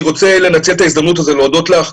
אני רוצה לנצל את ההזדמנות הזאת להודות לך,